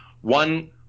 one